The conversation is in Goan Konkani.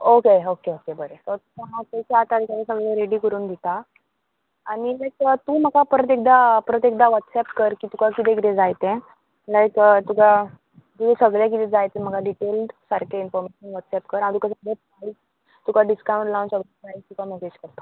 ओके ओके ओके बरें ओके हांव तें चार तारखाली सगळे रेडी करून दिता आनी लायक तूं म्हाका परत एकदा परत एकदा वॉट्सॅप कर की तुका किदें किदें जाय तें लायक तुका तुवें सगळें किदें जाय तें म्हाका डिटेल सारकें इनफोर्मेशन व्हॉट्सॅप कर हांव तुका सगळें प्रायस तुका डिस्कावंट लावन सगळें प्रायस तुका मॅसेज करता